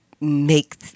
make